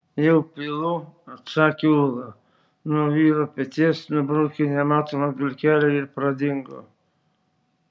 jau pilu atsakė ūla nuo vyro peties nubraukė nematomą dulkelę ir pradingo